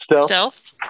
Stealth